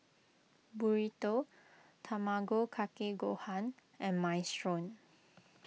Burrito Tamago Kake Gohan and Minestrone